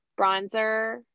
bronzer